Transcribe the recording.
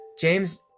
James